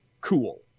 cool